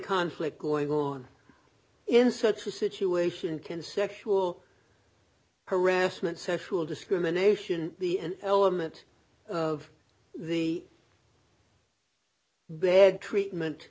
conflict going on in such a situation can sexual harassment social discrimination be an element of the bad treatment